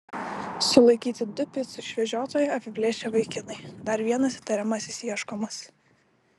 sulaikyti du picų išvežiotoją apiplėšę vaikinai dar vienas įtariamasis ieškomas